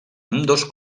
ambdós